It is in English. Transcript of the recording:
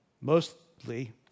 mostly